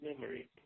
memory